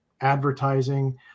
advertising